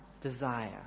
desire